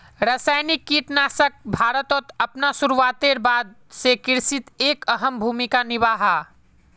रासायनिक कीटनाशक भारतोत अपना शुरुआतेर बाद से कृषित एक अहम भूमिका निभा हा